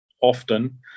often